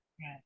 Right